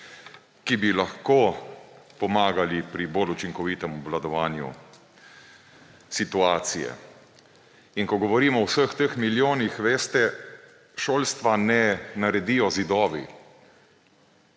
ki bi lahko pomagali pri bolj učinkovitem obvladovanju situacije. In ko govorimo o vseh teh milijonih, veste, šolstva ne naredijo zidovi.